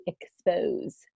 expose